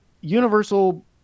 Universal